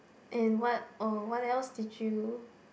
and what oh what else did you